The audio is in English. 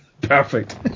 Perfect